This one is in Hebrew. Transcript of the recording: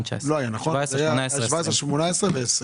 17, 18 ו-20.